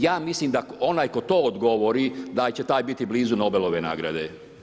Ja mislim da onaj tko to odgovori da će taj biti blizu Nobelove nagrade.